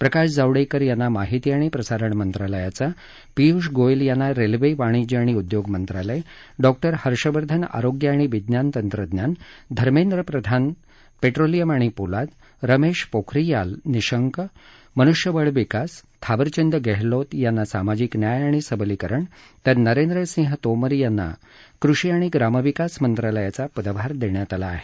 प्रकाश जावडेकर यांना माहिती आणि प्रसारण मंत्रालयाचा पियुष गोयल यांना रेल्वे वाणिज्य आणि उद्योग मंत्रालय डॉक्टर हर्षवर्धन आरोग्य आणि विज्ञान तंत्रज्ञान धर्मेंद्र प्रधान पेट्रोलियम आणि पोलाद रमेश पोखरियाल निषंक मनुष्यबळ विकास थावरचंद गेहलोत यांना सामाजिक न्याय आणि सबलीकरण तर नरेंद्रसिंह तोमर यांना कृषी आणि ग्रामविकास मंत्रालयाचा पदभार देण्यात आला आहे